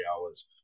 hours